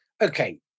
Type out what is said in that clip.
Okay